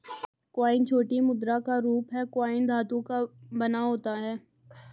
coin छोटी मुद्रा का रूप है कॉइन धातु का बना होता है